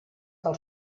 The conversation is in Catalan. del